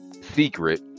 secret